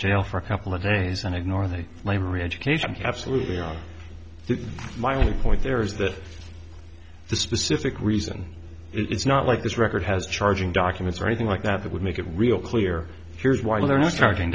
jail for a couple of days and ignore their lame reeducation camps lou they are my only point there is that the specific reason it's not like this record has charging documents or anything like that that would make it real clear here's why they're not starting